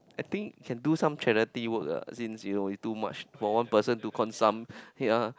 I think can do some charity work ah since you know you too much for one person to consume ya